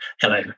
Hello